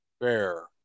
Fair